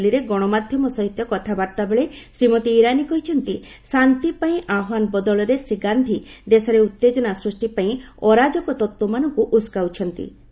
ନୂଆଦିଲ୍ଲୀରେ ଗଣମାଧ୍ୟମ ସହିତ କଥାବାର୍ତ୍ତା ବେଳେ ଶ୍ରୀମତୀ ଇରାନୀ କହିଛନ୍ତି ଶାନ୍ତି ପାଇଁ ଆହ୍ୱାନ ବଦଳରେ ଶ୍ରୀ ଗାନ୍ଧୀ ଦେଶରେ ଉତ୍ତେଜନା ସୃଷ୍ଟି ପାଇଁ ଅରାଜକ ତତ୍ତ୍ୱମାନଙ୍କୁ ଉସ୍କାଉଛନ୍ତି